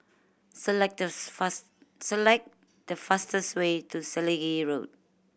select thus select the fastest way to Selegie Road